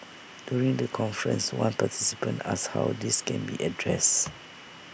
during the conference one participant asked how this can be addressed